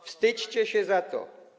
Wstydźcie się za to.